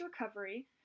recovery